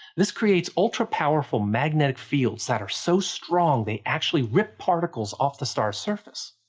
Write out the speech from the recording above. this creates ultra-powerful magnetic fields that are so strong, they actually rip particles off the star's surface.